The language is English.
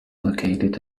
located